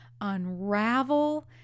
unravel